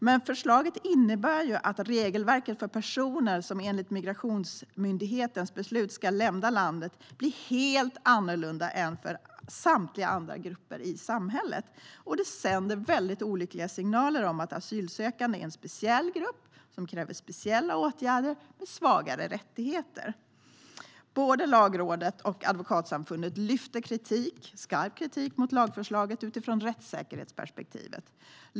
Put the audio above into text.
Men förslaget innebär att regelverket för personer som enligt migrationsmyndigheternas beslut ska lämna landet blir helt annorlunda än för samtliga andra grupper i samhället. Det sänder olyckliga signaler om att asylsökande är en speciell grupp som kräver speciella åtgärder och har svagare rättigheter. Både Lagrådet och Advokatsamfundet riktar skarp kritik mot lagförslaget utifrån rättssäkerhetsperspektivet.